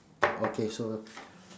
okay so